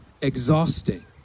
exhausting